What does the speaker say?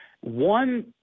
one